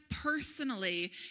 personally